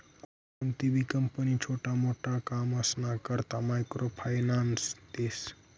कोणतीबी कंपनी छोटा मोटा कामसना करता मायक्रो फायनान्स देस